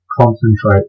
concentrate